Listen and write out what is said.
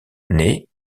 naît